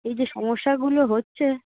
এই যে সমস্যাগুলো হচ্ছে